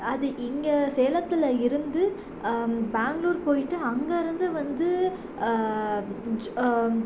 அது இங்கே சேலத்தில் இருந்து பேங்களூர் போய்ட்டு அங்கேருந்து வந்து